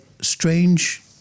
Strange